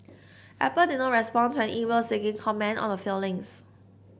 Apple did not respond to an email seeking comment on the filings